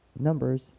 numbers